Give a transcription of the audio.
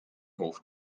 hof